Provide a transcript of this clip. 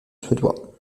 suédois